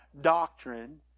doctrine